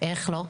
איך לא?